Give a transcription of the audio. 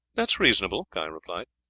that is reasonable, guy replied,